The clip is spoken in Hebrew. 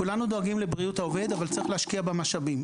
כולנו דואגים לבריאות העובד אבל צריך להשקיע במשאבים.